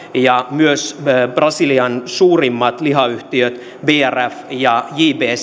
ja myös brasilian suurimmat lihayhtiöt brf ja